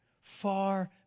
far